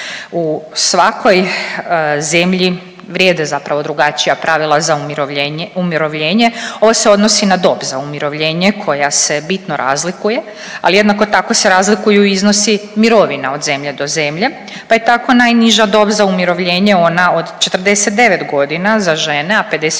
U svakoj zemlji vrijede zapravo drugačija pravila za umirovljenje, on se odnosi na dob za umirovljenje koja se bitno razlikuje, ali jednako tako se razlikuju iznosi mirovina od zemlje do zemlje pa je tako najniža dob za umirovljenje ona od 49 godina za žene, a 52 za